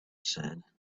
said